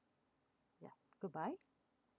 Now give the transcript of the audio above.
ya goodbye